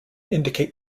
indicate